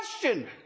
question